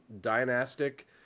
dynastic